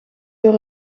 door